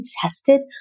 tested